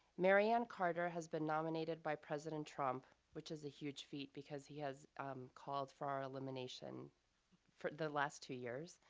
mary anne carter has been nominated by president trump, which is a huge feat because he has called for our elimination the last two years,